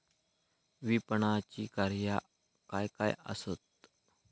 विपणनाची कार्या काय काय आसत?